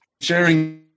sharing